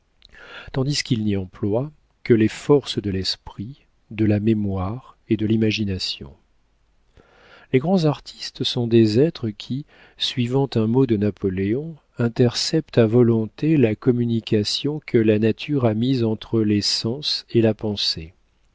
tandis qu'ils n'y emploient que les forces de l'esprit de la mémoire et de l'imagination les grands artistes sont des êtres qui suivant un mot de napoléon interceptent à volonté la communication que la nature a mise entre les sens et la pensée